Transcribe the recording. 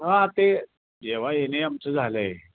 हा ते जेव्हा ए ने आमचं झालं आहे